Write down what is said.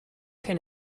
can